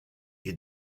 est